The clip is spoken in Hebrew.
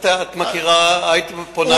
את מכירה, היית פונה אלי.